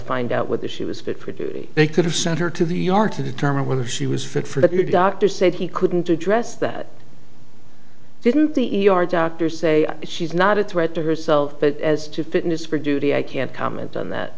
find out what the she was fit for duty they could have sent her to the yard to determine whether she was fit for that your doctor said he couldn't address that didn't the e r doctors say she's not a threat to herself but as to fitness for duty i can't comment on that